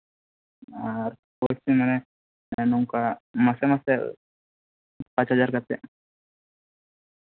ᱟᱨ ᱯᱚᱨᱤᱪᱚᱭ ᱢᱟᱥᱮ ᱢᱟᱥᱮ ᱯᱟᱸᱪ ᱦᱟᱡᱟᱨ ᱠᱟᱛᱮᱜ